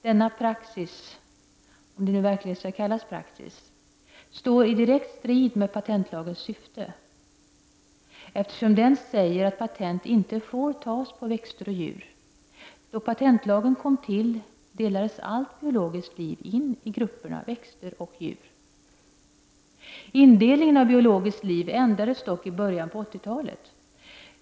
Denna praxis — om det nu verkligen skall kallas praxis — står i direkt strid med patentlagens syfte, eftersom den säger att patent inte får tas på växter och djur. Då patentlagen kom till, delades allt biologiskt liv in i grupperna växter och djur. Indelningen av biologiskt liv ändrades dock i början på 80-talet.